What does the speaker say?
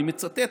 אני מצטט,